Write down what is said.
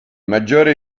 maggiore